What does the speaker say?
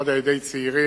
במיוחד בקרב צעירים,